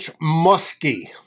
musky